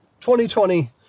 2020